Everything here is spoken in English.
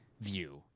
view